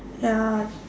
ya